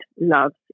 loves